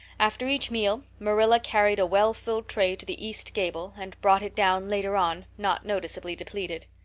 after each meal marilla carried a well-filled tray to the east gable and brought it down later on not noticeably depleted.